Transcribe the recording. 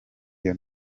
iyo